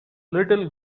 little